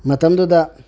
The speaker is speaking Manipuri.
ꯃꯇꯝꯗꯨꯗ